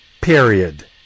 Period